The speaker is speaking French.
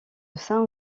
saint